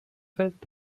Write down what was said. fällt